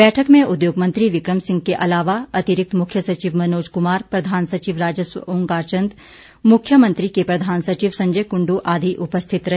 बैठक में उद्योग मंत्री बिक्रम सिंह के अलावा अतिरिक्त मुख्य सचिव मनोज कुमार प्रधान सचिव राजस्व ओंकार चंद मुख्यमंत्री के प्रधान सचिव संजय कुंडू आदि उपस्थित रहे